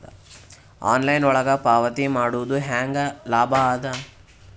Online ಒಳಗ ಪಾವತಿ ಮಾಡುದು ಹ್ಯಾಂಗ ಲಾಭ ಆದ?